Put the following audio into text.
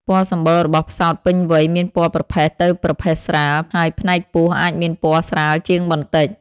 ពណ៌សម្បុររបស់ផ្សោតពេញវ័យមានពណ៌ប្រផេះទៅប្រផេះស្រាល ហើយផ្នែកពោះអាចមានពណ៌ស្រាលជាងបន្តិច។